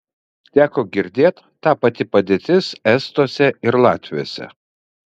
teko girdėt ta pati padėtis estuose ir latviuose